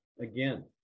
again